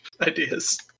ideas